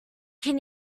can